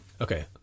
Okay